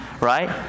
right